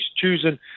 choosing